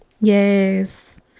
yes